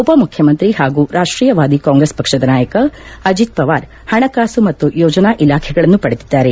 ಉಪಮುಖ್ಯಮಂತ್ರಿ ಹಾಗೂ ರಾಷ್ಟೀಯವಾದಿ ಕಾಂಗ್ರೆಸ್ ಪಕ್ಷದ ನಾಯಕ ಅಜೀತ್ ಪವಾರ್ ಹಣಕಾಸು ಮತ್ತು ಯೋಜನಾ ಇಲಾಖೆಗಳನ್ನು ಪಡೆದಿದ್ದಾರೆ